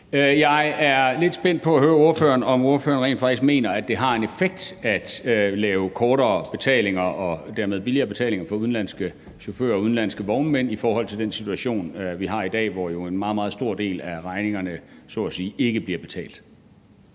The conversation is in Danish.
Jeg er lidt spændt på at høre, om ordføreren rent faktisk mener, at det har en effekt at lave hurtigere betalinger og dermed billigere betalinger for udenlandske chauffører og udenlandske vognmænd – i forhold til den situation, vi har i dag, hvor en meget, meget stor del af regningerne ikke bliver betalt.